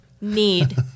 need